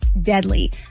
deadly